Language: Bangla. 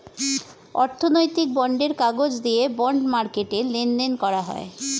অর্থনৈতিক বন্ডের কাগজ দিয়ে বন্ড মার্কেটে লেনদেন করা হয়